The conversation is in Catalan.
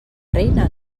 reina